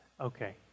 Okay